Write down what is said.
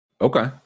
Okay